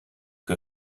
que